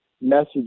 message